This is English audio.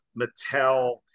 Mattel